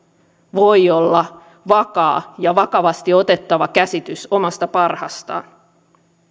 voi olla vakaa ja vakavasti otettava käsitys omasta parhaastaan